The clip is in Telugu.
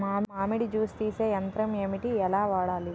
మామిడి జూస్ తీసే యంత్రం ఏంటి? ఎలా వాడాలి?